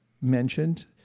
mentioned